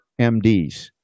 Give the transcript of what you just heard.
MDs